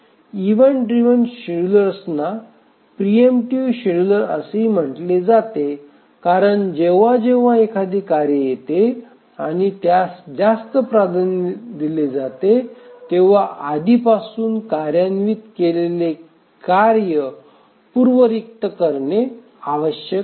event driven शेड्यूलर्सना preemptive scheduler असेही म्हटले जाते कारण जेव्हा जेव्हा एखादे कार्य येते आणि त्यास जास्त प्राधान्य दिले जाते तेव्हा आधीपासून कार्यान्वित केलेले कार्य पूर्व रिक्त करणे आवश्यक आहे